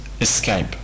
escape